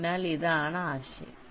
അതിനാൽ ഇതാണ് ആശയം